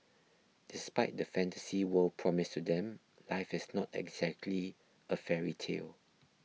despite the fantasy world promised to them life is not exactly a fairy tale